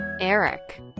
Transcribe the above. Eric